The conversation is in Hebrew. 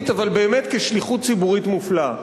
אבל באמת כשליחות ציבורית מופלאה.